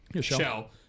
shell